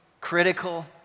critical